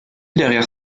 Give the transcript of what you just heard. derrière